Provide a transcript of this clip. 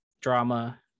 drama